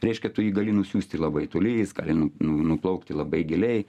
reiškia tu jį gali nusiųsti labai toli jis gali nu nu nu plaukti labai giliai